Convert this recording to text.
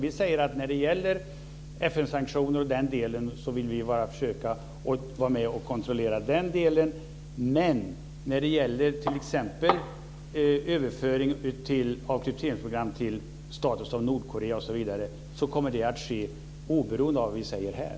Vi säger att när det gäller FN-sanktioner och den delen vill vi försöka vara med och kontrollera men när det gäller t.ex. överföring av krypteringsprogram till stater som Nordkorea osv. kommer det att ske oberoende av vad vi säger här.